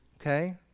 Okay